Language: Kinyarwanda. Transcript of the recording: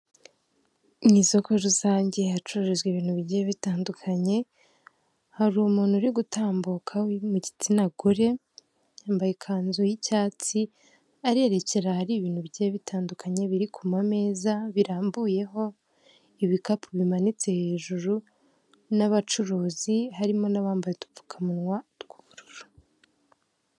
Mu isoko rusange hacuruzwa ibintu bigiye bitandukanye, hari umuntu uri gutambuka mu gitsina gore, yambaye ikanzu y'icyatsi, arererekera ahari ibintu bye bitandukanye, biri kuma meza birambuyeho ibikapu bimanitse hejuru, n'abacuruzi harimo n'abambaye udupfukamunwa tw'ubururu.